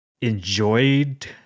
enjoyed